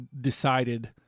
decided